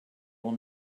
will